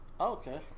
Okay